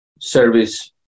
service